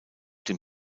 den